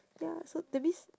ya so that means